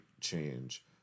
change